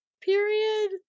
period